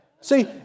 See